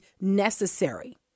necessary